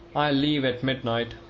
i'll leave at midnight,